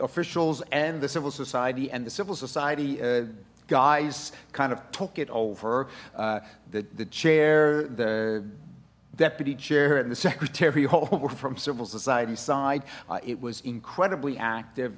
officials and the civil society and the civil society guys kind of took it over the the chair the deputy chair and the secretary whole from civil society side it was incredibly active